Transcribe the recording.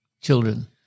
Children